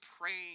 praying